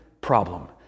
problem